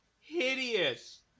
hideous